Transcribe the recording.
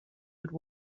would